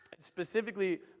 Specifically